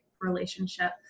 relationship